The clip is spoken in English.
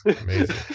Amazing